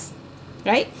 right